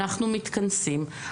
אנחנו מתכנסים,